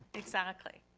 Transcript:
exactly.